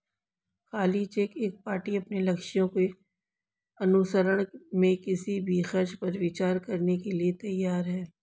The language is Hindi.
खाली चेक एक पार्टी अपने लक्ष्यों के अनुसरण में किसी भी खर्च पर विचार करने के लिए तैयार है